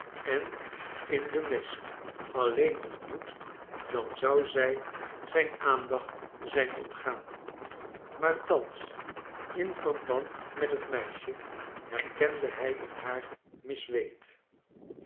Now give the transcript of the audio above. en in den mist alleen ontmoet dan zou zij zijn aandacht zijn ontgaan maar thans in verband met het meisje herkende hij in haar miss wade